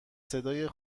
صدای